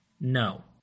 No